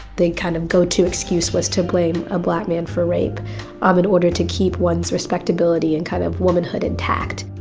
the kind of go to excuse was to blame a black man for rape um in order to keep one's respectability and kind of womanhood intact.